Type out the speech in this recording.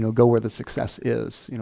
go go where the success is.